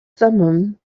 thummim